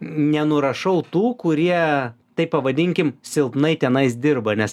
nenurašau tų kurie taip pavadinkim silpnai tenais dirba nes